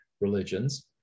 religions